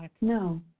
No